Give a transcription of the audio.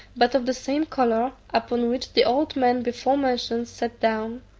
but of the same colour, upon which the old man before-mentioned sat down,